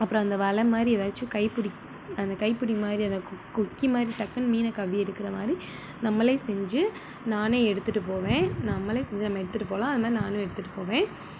அப்புறம் அந்த வலை மாதிரி எதாச்சும் கை பிடி அந்த கைப்பிடி மாதிரி அதை கொ கொக்கி மாதிரி டக்குன்னு மீனை கவ்வி எடுக்குற மாரி நம்மளே செஞ்சு நானே எடுத்துகிட்டு போவேன் நம்மளே செஞ்சு நம்ம எடுத்துகிட்டு போகலாம் அத மாரி நானும் எடுத்துட்டுப்போவேன்